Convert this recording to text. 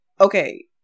okay